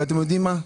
אתם יודעים מה,